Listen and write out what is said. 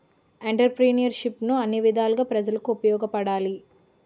ఎంటర్ప్రిన్యూర్షిప్ను అన్ని విధాలుగా ప్రజలకు ఉపయోగపడాలి